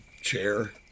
chair